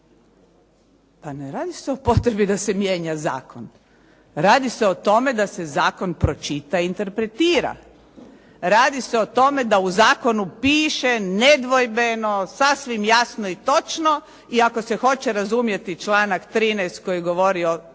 Pa ne radi se o potrebi da se mijenja zakon, radi se o tome da se zakon pročita i interpretira. Radi se o tome da u zakonu piše nedvojbeno, sasvim jasno i točno i ako se hoće razumjeti članak 13. koji govori